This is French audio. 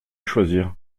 choisir